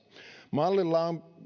mallilla on